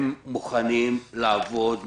הם מוכנים לעבוד,